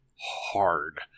hard